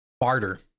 barter